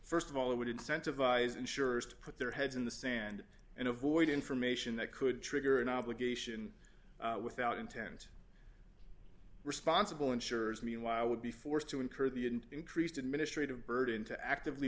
st of all it would incentivize insurers to put their heads in the sand and avoid information that could trigger an obligation without intent responsible insurers meanwhile would be forced to incur the an increased administrative burden to actively